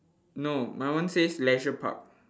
no my one says leisure park